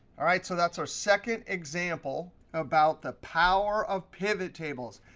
all right, so that's our second example about the power of pivottables.